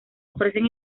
ofrecen